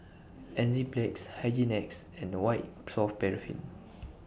Enzyplex Hygin X and White Soft Paraffin